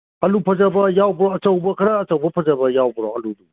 ꯑꯂꯨ ꯐꯖꯕ ꯌꯥꯎꯕ ꯑꯆꯧꯕ ꯈꯔ ꯑꯆꯧꯕ ꯐꯖꯕ ꯌꯥꯎꯕ꯭ꯔꯣ ꯑꯂꯨꯗꯨ